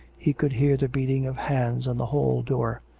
he could hear the beating of hands on the hall door.